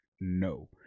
no